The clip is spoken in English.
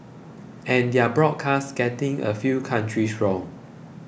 and their broadcast getting a few countries wrong